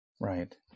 Right